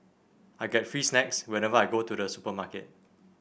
I get free snacks whenever I go to the supermarket